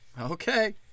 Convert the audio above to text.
okay